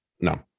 No